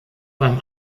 beim